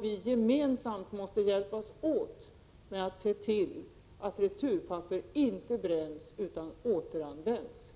Vi måste alla hjälpas åt att se till att returpapper inte bränns utan återanvänds.